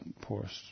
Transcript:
poorest